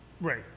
Right